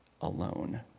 alone